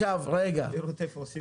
צריך לראות איפה עושים את זה.